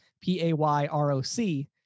P-A-Y-R-O-C